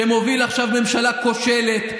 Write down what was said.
שמוביל עכשיו ממשלה כושלת,